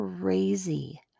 crazy